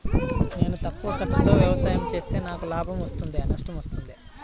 నేను తక్కువ ఖర్చుతో వ్యవసాయం చేస్తే నాకు లాభం వస్తుందా నష్టం వస్తుందా?